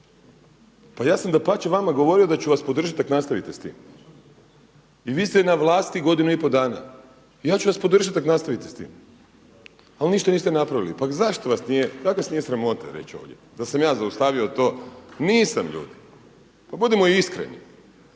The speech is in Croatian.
Pa ja sam dapače vama govorio da ću vas podržati ak' nastavite s tim. I vi ste na vlasti godinu i pol dana i ja ću vas podržat ak' nastavite s tim. Ali ništa niste napravili. Pa kako vas nije sramota reći ovdje da sam ja zaustavio to. Nisam ljudi! Pa budimo iskreni.